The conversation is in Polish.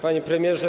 Panie Premierze!